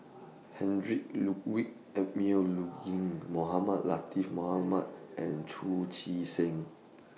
Heinrich Ludwig Emil Luering Mohamed Latiff Mohamed and Chu Chee Seng